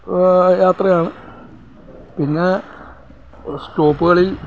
യാത്രയാണ് പിന്നേ സ്റ്റോപ്പ്കളിൽ